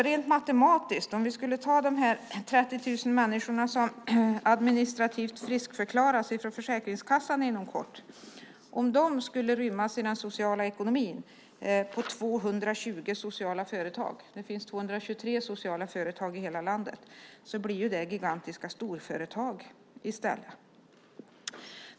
Rent matematiskt: Om de 30 000 människor som administrativt friskförklaras från Försäkringskassan inom kort skulle rymmas i den sociala ekonomin på 220 sociala företag - det finns 223 sociala företag i hela landet - blir ju det gigantiska storföretag i stället.